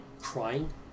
crying